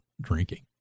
drinking